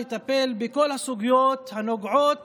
לטפל בכל הסוגיות הנוגעות